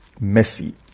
Messi